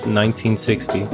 1960